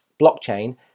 blockchain